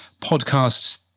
podcasts